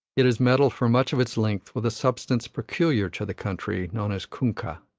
it is metalled for much of its length with a substance peculiar to the country, known as kunkah.